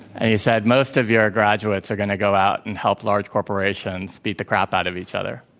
and he said, most of your graduates are going to go out and help large corporations beat the crap out of each other.